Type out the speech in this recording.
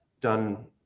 done